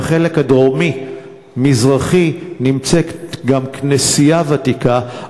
בחלק הדרומי-מזרחי נמצאת גם כנסייה ותיקה,